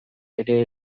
ere